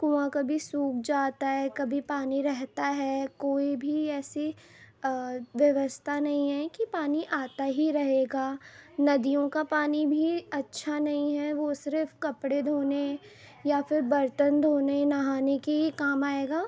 کنواں کبھی سوکھ جاتا ہے کبھی پانی رہتا ہے کوئی بھی ایسی ووستھا نہیں ہے کہ پانی آتا ہی رہے گا ندیوں کا پانی بھی اچھا نہیں ہے وہ صرف کپڑے دھونے یا پھر برتن دھونے نہانے کے ہی کام آئے گا